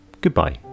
goodbye